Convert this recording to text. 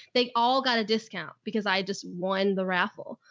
they all got a discount because i had just won the raffle.